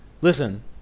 Listen